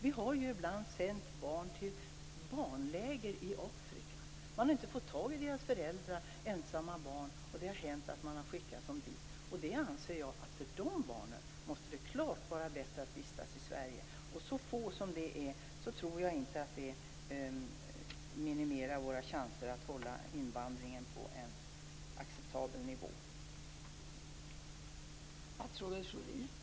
Vi har ju ibland sänt barn till barnläger i Afrika. Man har inte fått tag i deras föräldrar. Det har varit ensamma barn. Det har hänt att man har skickat dem dit. För de barnen anser jag att det klart måste vara bättre att vistas i Sverige. Så få som de är, tror jag inte att detta skulle minimera våra chanser att hålla invandringen på en acceptabel nivå.